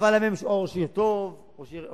ואם אתה יכול לפרט.